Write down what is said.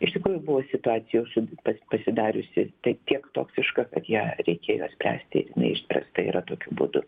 iš tikrųjų buvo situacijos pa pasidariusi tiek toksiška kad ją reikėjo spręsti jinai išspręsta yra tokiu būdu